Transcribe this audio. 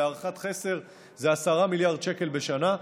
בהערכת חסר זה 10 מיליארד שקל בשנה,